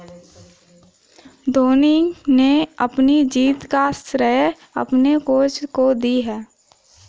धोनी ने अपनी जीत का श्रेय अपने कोच को दी